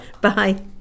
Bye